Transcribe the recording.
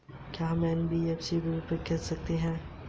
क्या में SBI bank से पी.एन.बी में रुपये भेज सकती हूँ?